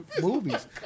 movies